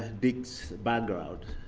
and dick's background,